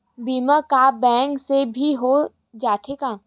बीमा का बैंक से भी हो जाथे का?